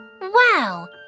Wow